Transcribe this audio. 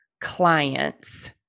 clients